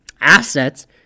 assets